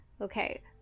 Okay